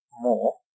more